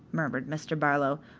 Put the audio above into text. murmured mr. barlow,